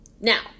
Now